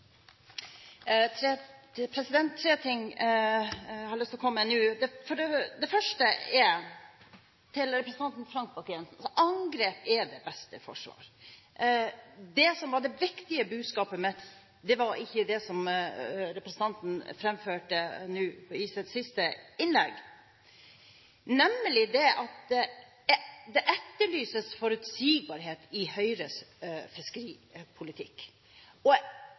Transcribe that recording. tre ting nå. Først til representanten Frank Bakke-Jensen: Angrep er det beste forsvar. Det som var det viktige budskapet mitt, var ikke det som representanten fremførte nå i sitt siste innlegg, men jeg etterlyser forutsigbarhet i Høyres fiskeripolitikk og